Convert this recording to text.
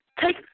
take